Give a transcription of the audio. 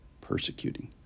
persecuting